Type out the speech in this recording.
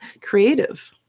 creative